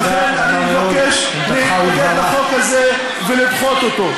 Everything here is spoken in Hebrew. ולכן אני מבקש להתנגד לחוק הזה ולדחות אותו.